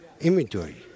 inventory